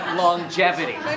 longevity